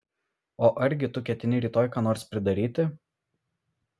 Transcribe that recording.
o argi tu ketini rytoj ką nors pridaryti